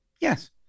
Yes